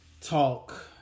talk